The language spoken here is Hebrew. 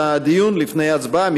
לדיון לפני הצבעה,